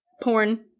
porn